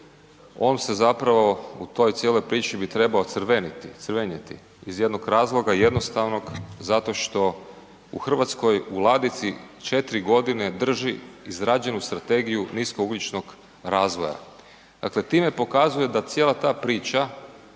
On se zapravo u toj cijeloj priči bi trebao crveniti, crvenjeti iz jednog razloga jednostavnog, zato što u Hrvatskoj u ladici 4 godine drži izrađenu strategiju niskougljičnog razvoja. Dakle time pokazuje da cijela ta priča